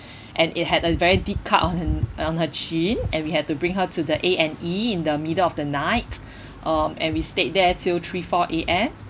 and it had a very deep cut on her on her chin and we had to bring her to the A and E in the middle of the night um and we stayed there till three four A_M